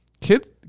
kids